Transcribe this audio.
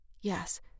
Yes